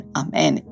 amen